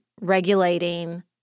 regulating